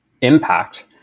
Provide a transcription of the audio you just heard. impact